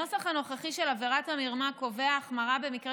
הנוסח הנוכחי של עבירת המרמה קובע החמרה במקרה